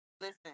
Listen